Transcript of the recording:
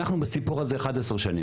אנחנו בסיפור הזה 11 שנים.